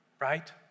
right